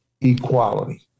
equality